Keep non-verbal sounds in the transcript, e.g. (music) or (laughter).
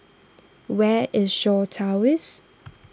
where is Shaw Towers (noise)